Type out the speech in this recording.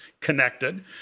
connected